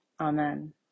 Amen